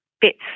bits